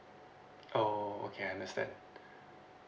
oh okay I understand